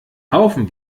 haufen